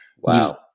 Wow